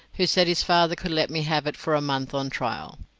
who said his father could let me have it for a month on trial.